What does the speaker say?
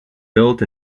built